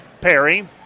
Perry